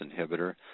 inhibitor